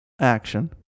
action